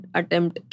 attempt